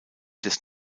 des